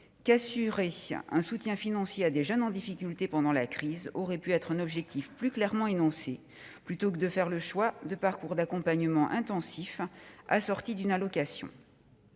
qu'« assurer un soutien financier à des jeunes en grande difficulté pendant la crise » aurait pu être un « objectif plus clairement énoncé », plutôt que de faire le choix de parcours d'accompagnement intensif assorti d'une allocation.